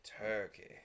turkey